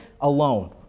alone